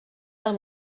del